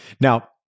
Now